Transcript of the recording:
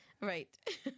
right